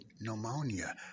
pneumonia